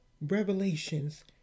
revelations